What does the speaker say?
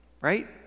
Right